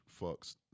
fucks